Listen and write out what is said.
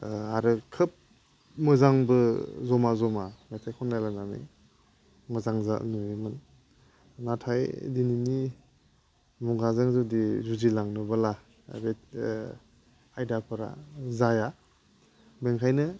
आरो खोब मोजांबो जमा जमा मेथाइ खनलायलायनानै मोजां नुयोमोन नाथाय दिनैनि मुगाजों जुदि जुजि लांनोब्ला खायदाफोरा जाया बेनिखायनो